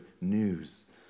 news